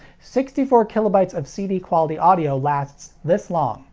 sixty four kilobtyes of cd quality audio lasts this long